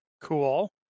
Cool